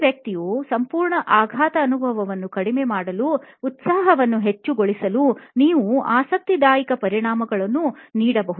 ಈ ವ್ಯಕ್ತಿಯ ಸಂಪೂರ್ಣ ಆಘಾತ ಅನುಭವವನ್ನು ಕಡಿಮೆ ಮಾಡಲು ಉತ್ಸಾಹವನ್ನು ಹೆಚ್ಚುಗೊಳಿಸಲು ನೀವು ಆಸಕ್ತಿದಾಯಕ ಪರಿಹಾರಗಳನ್ನು ನೀಡಬಹುದು